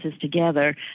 together